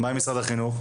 מה עם משרד החינוך.